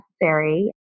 necessary